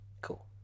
Cool